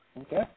Okay